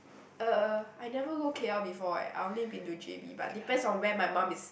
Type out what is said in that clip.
uh I never go K_L before eh I only been to J_B but depends on where my mum is